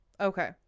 Okay